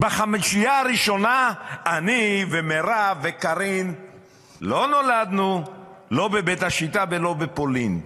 בחמישייה הראשונה אני ומירב וקארין לא נולדנו לא בבית השיטה ולא בפולין.